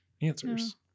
answers